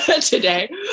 today